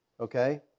Okay